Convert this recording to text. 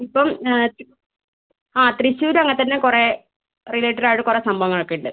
ഇപ്പം ആ തൃശ്ശൂർ അങ്ങനെ തന്നെ കുറേ റിലേറ്റഡ് ആയിട്ട് കുറേ സംഭവങ്ങളൊക്കെ ഉണ്ട്